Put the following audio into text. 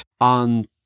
on